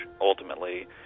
ultimately